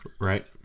right